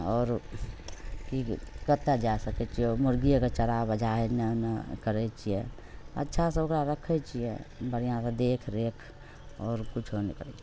आओर की कतहुँ जा सकैत छियै मुर्गिएके चरा बजा इन्ने ओन्ने करैत छियै अच्छा से ओकरा रखैत छियै बढ़िआँ से देखि रेख आओर किछु नहि करैत छियै